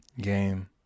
game